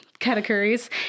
Categories